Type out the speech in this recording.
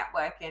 networking